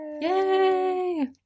yay